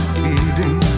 beating